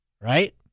right